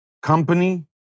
company